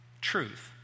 truth